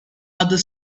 other